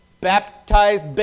baptized